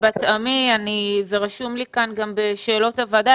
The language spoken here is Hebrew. זה רשום לי בשאלות הוועדה.